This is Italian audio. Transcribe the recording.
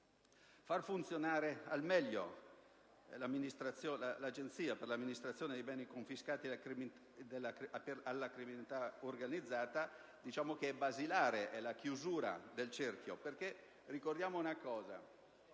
Far funzionare al meglio l'Agenzia per l'amministrazione dei beni confiscati alla criminalità organizzata è un fatto basilare, rappresenta la chiusura del cerchio. Ricordiamo che